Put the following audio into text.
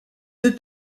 deux